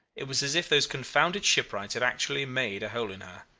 it was as if those confounded shipwrights had actually made a hole in her.